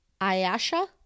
Ayasha